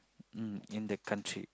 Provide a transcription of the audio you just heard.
um in the country